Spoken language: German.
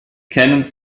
keinen